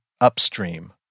upstream